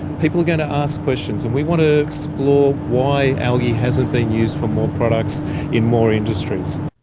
people are going to ask questions, and we want to explore why algae hasn't been used for more products in more industries.